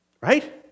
right